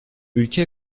ülke